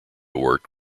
worked